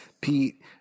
Pete